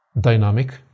dynamic